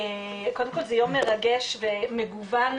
קודם כל זה יום מרגש ומגוון,